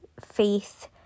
faith